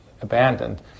abandoned